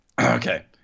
Okay